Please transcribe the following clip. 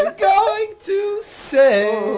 ah going to say,